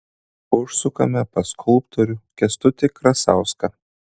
užsukame pas skulptorių kęstutį krasauską